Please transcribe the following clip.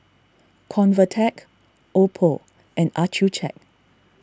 Convatec Oppo and Accucheck